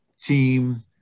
team